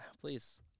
Please